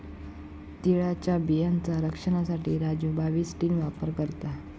तिळाच्या बियांचा रक्षनासाठी राजू बाविस्टीन वापर करता